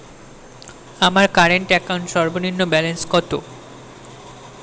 আমার current account সর্বনিম্ন balance কত?